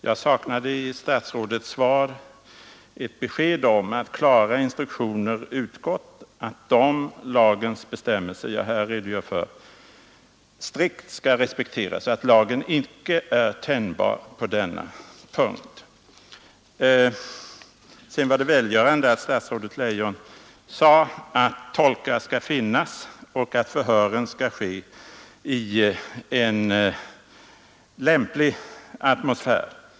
Jag saknade i statsrådets svar ett besked om att klara instruktioner utgått att de lagbestämmelser jag nu redogjort för strikt skall respekteras, så att lagen icke är tänjbar på denna punkt. Det var välgörande att fru statsrådet Leijon sade att tolkar skall finnas och att förhören skall genomföras i en lämplig atmosfär.